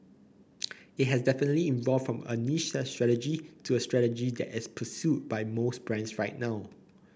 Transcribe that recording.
it has definitely evolved from a niche strategy to a strategy that is pursued by most brands right now